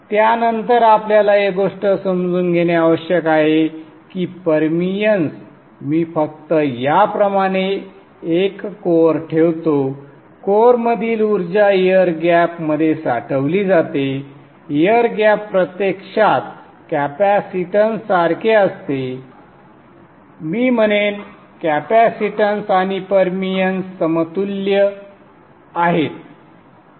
त्यानंतर आपल्याला एक गोष्ट समजून घेणे आवश्यक आहे की परमिअन्स मी फक्त याप्रमाणे एक कोअर ठेवतो कोअरमधील उर्जा एअर गॅप मध्ये साठवली जाते एअर गॅप प्रत्यक्षात कॅपेसिटन्ससारखे असते मी म्हणेन कॅपेसिटन्स आणि परमिअन्स समतुल्य आहेत संदर्भ वेळ 0913